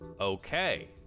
okay